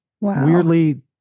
weirdly